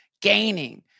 gaining